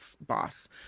boss